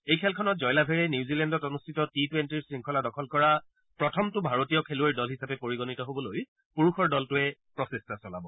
এই খেলখনত জয়লাভেৰে নিউজিলেণ্ডত অনুষ্ঠিত টি টূৱেণ্টিৰ শৃংখলা দখল কৰা প্ৰথমটো ভাৰতীয় খেলুৱৈৰ দল হিচাপে পৰিগণিত হবলৈ পুৰুষৰ দলটোৱে প্ৰচেষ্টা চলাব